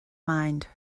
mind